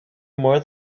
more